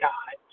God